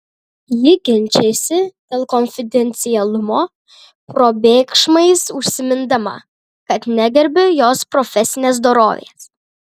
ji ginčijosi dėl konfidencialumo probėgšmais užsimindama kad negerbiu jos profesinės dorovės